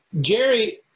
Jerry